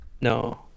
No